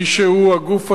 מי שהוא הגוף הסרטני,